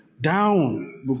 down